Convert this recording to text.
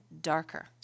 darker